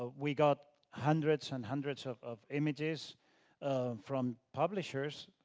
ah we got hundreds and hundreds of of images from publisherpublishers